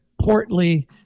portly